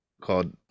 called